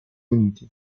uniti